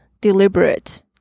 Deliberate